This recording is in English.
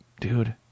dude